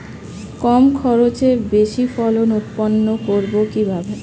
কম খরচে বেশি ফসল উৎপন্ন করব কিভাবে?